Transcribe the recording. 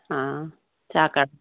हा छा कर